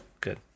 good